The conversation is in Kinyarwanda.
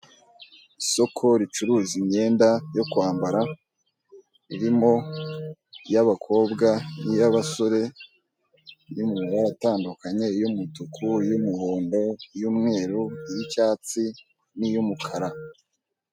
Isoko ricuruza imyenda yo kwambara irimo iy'abakobwa, n'iy'abasore, iri mu mabara atandukanye iy'umutuku, iy'umuhondo, iy'umweru n'icyatsi n'iy'umukara.